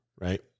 right